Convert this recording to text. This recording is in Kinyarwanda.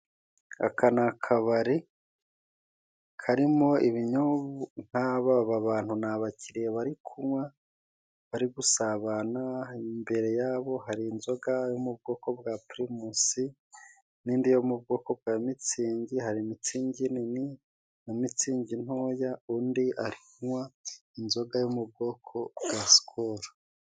Aka ni akabari karimo ibinyobwa, aba bantu ni abakiriya bari kunywa bari gusabana, imbere yabo hari inzoga yo mu bwoko bwa Pirimusi n'indi yo mu bwoko bwa mitsingi. Hari Mitsingi nini na Mitsingi ntoya, undi anywa inzoga yo mu bwoko bwa Sikoro.